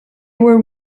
were